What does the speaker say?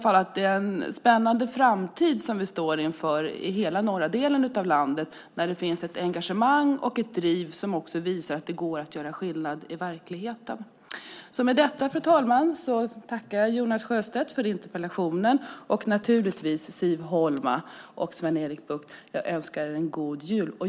Det är en spännande framtid vi står inför i hela norra delen av landet. Det finns ett engagemang och ett driv som visar att det går att göra skillnad i verkligheten. Fru talman! Med detta tackar jag Jonas Sjöstedt för interpellationen och naturligtvis också Siv Holma och Sven-Erik Bucht. Jag önskar er en god jul.